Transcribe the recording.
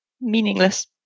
meaningless